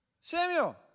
Samuel